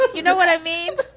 you know what i mean?